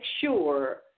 sure